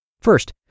First